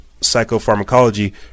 Psychopharmacology